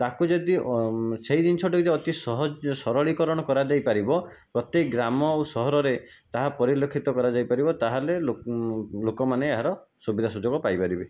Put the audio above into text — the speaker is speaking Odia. ତାକୁ ଯଦି ସେହି ଜିନିଷଟିକେ ଯଦି ଅତି ସହଜ ସରଳିକରଣ କରାଯାଇପାରିବ ପ୍ରତି ଗ୍ରାମ ଓ ସହରରେ ତାହା ପରିଲକ୍ଷିତ କରାଯାଇପାରିବ ତାହେଲେ ଲୋକ ଲୋକମାନେ ଏହାର ସୁବିଧା ସୁଯୋଗ ପାଇପାରିବେ